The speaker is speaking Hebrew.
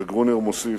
וגרונר מוסיף: